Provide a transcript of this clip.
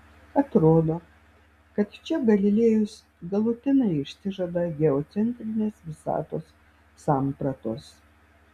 atrodo kad čia galilėjus galutinai išsižada geocentrinės visatos sampratos